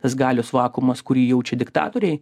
tas galios vakuumas kurį jaučia diktatoriai